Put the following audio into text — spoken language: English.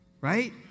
right